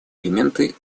элементы